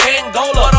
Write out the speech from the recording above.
Angola